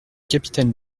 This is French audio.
capitaine